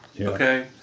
okay